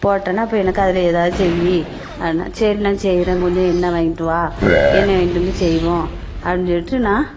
போட்டனா அப்போ அதுல எனக்கு எதாவது செய் அப்படின்னா சரி நான் செய்கிறேன் கொஞ்சம் எண்ணெய் வாங்கிட்டு வா எண்ணெய் வாங்கிட்டு வந்து செய்வோம் அப்படின் சொல்லிட்டு நான்